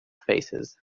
faces